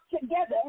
together